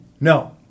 No